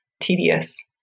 tedious